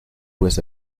pues